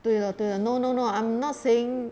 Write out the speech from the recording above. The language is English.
对咯对咯 no no no I'm not saying